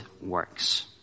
works